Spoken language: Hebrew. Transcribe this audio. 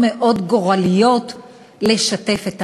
תודה,